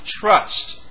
trust